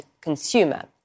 consumer